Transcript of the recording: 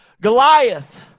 Goliath